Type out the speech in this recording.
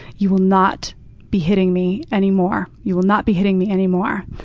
you will not be hitting me anymore. you will not be hitting me anymore.